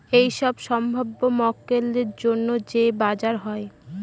এইসব সম্ভাব্য মক্কেলদের জন্য যে বাজার হয়